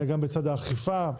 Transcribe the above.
אלא גם בצד האכיפה,